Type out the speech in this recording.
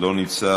לא נמצא,